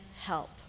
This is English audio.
help